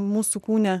mūsų kūne